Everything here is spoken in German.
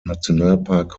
nationalpark